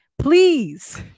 please